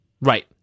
Right